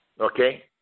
okay